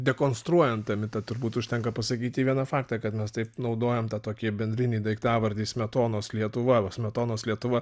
dekonstruojant tą mitą turbūt užtenka pasakyti vieną faktą kad mes taip naudojam tą tokį bendrinį daiktavardį smetonos lietuva va smetonos lietuva